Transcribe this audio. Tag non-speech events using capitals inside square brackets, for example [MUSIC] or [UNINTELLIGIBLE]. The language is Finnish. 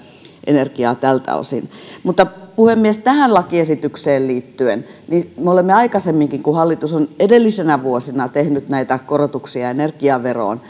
energiaa tältä osin mutta puhemies tähän lakiesitykseen liittyen me olemme aikaisemminkin kun hallitus on edellisinä vuosina tehnyt korotuksia energiaveroon [UNINTELLIGIBLE]